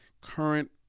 current